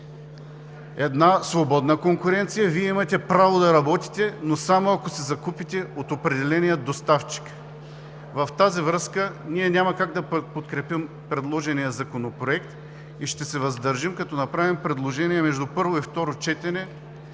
една свободна конкуренция – Вие имате право да работите, но само ако си закупите от определения доставчик. Във връзка с това ние няма как да подкрепим предложения законопроект и ще се въздържим, като направим предложения между първо и второ четене